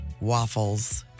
waffles